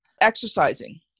exercising